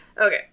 Okay